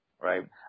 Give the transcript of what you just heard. Right